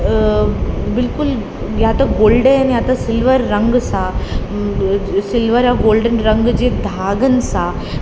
बिल्कुलु या त गोल्डन या त सिल्वर रंग सां सिल्वर गोल्डन रंग जे धाॻनि सां